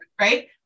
Right